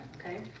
okay